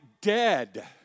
dead